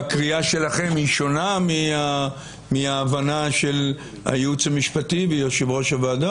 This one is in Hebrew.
והקריאה שלכם היא שונה מההבנה של הייעוץ המשפטי ויושב ראש הוועדה?